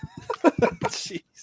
Jeez